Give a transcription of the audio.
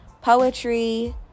poetry